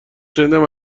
شنیدم